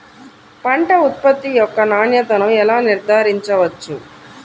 పంట ఉత్పత్తి యొక్క నాణ్యతను ఎలా నిర్ధారించవచ్చు?